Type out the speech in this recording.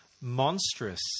Monstrous